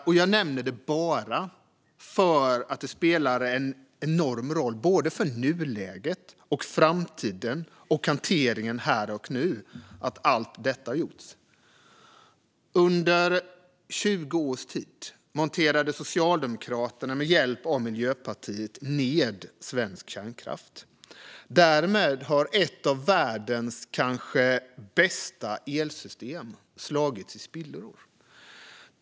Och jag nämner dem bara för att det spelar en enorm roll för såväl nuläget och framtiden som hanteringen här och nu att allt detta gjorts. Under 20 års tid monterade Socialdemokraterna med hjälp av Miljöpartiet ned svensk kärnkraft. Därmed har ett av världens kanske bästa elsystem slagits i spillror.